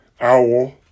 owl